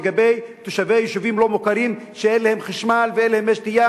לגבי תושבי יישובים לא מוכרים שאין להם חשמל ואין להם מי שתייה,